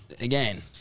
Again